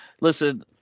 Listen